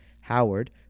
Howard